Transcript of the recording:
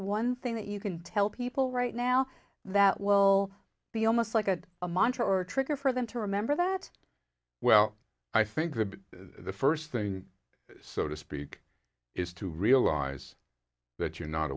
one thing that you can tell people right now that will be almost like a a montra or a trigger for them to remember that well i think that the first thing so to speak is to realize that you're not